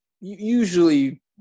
usually